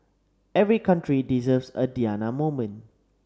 every country deserves a Diana moment